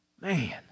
Man